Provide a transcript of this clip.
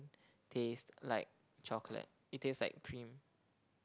taste like chocolate it tastes like cream